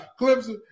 Clemson